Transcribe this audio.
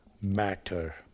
matter